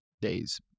day's